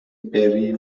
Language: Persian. بری